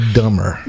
dumber